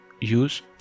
use